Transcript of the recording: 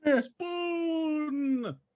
Spoon